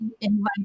invite